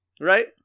Right